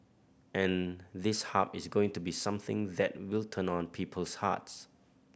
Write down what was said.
and this Hub is going to be something that will turn on people's hearts